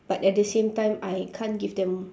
but at the same time I can't give them